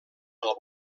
pel